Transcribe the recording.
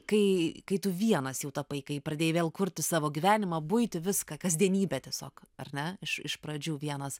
kai kai tu vienas jau tapai kai pradėjai vėl kurti savo gyvenimą buitį viską kasdienybė tiesiog ar ne iš pradžių vienas